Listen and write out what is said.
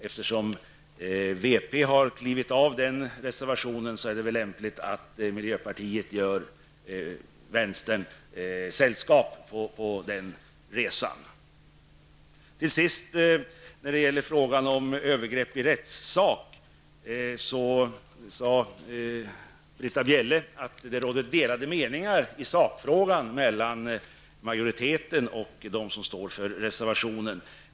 Eftersom vänsterpartiet har klivit av reservationen är det väl lämpligt att miljöpartiet gör vänstern sällskap på den resan. Till sist har vi frågan om övergrepp i rättssak. Britta Bjelle sade att det råder delade meningar i sakfrågan mellan majoriteten och de som står för reservationen.